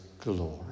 glory